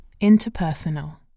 interpersonal